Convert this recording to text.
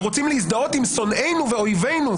ורוצים להזדהות עם שונאינו ואויבנו,